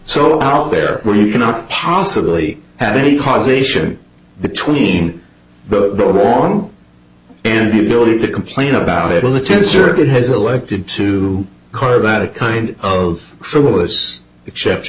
so out there where you cannot possibly have any causation between the form and the ability to complain about it when the tenth circuit has elected to carve out a kind of frivolous except